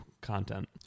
content